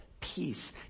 peace